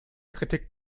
kritik